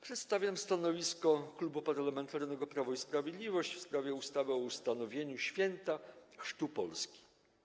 Przedstawiam stanowisko Klubu Parlamentarnego Prawo i Sprawiedliwość w sprawie ustawy o ustanowieniu Święta Chrztu Polski.